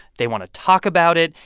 they want to talk about it.